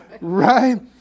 Right